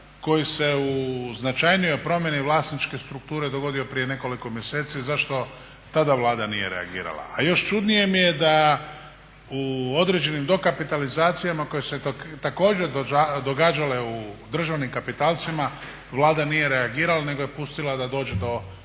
koji se u značajnijoj promjeni vlasničke strukture dogodio prije nekoliko mjeseci, zašto tada Vlada nije reagirala. A još čudnije mi je da u određenim dokapitalizacijama koje se također događale u državnim kapitalcima, Vlada nije reagirala nego je pustila da dođe do